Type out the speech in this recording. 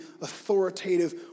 authoritative